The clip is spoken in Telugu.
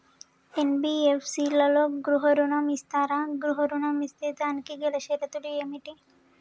ఎన్.బి.ఎఫ్.సి లలో గృహ ఋణం ఇస్తరా? గృహ ఋణం ఇస్తే దానికి గల షరతులు ఏమిటి?